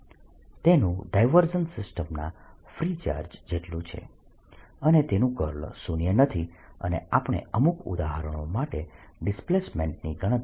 તેનું ડાયવર્જન્સ સિસ્ટમના free charge જેટલું છે અને તેનું કર્લ શૂન્ય નથી અને આપણે અમુક ઉદાહરણો માટે ડિસ્પ્લેસમેન્ટની ગણતરી કરી